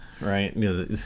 right